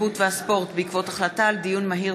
התרבות והספורט בעקבות דיון מהיר